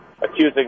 accusing